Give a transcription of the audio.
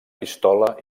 pistola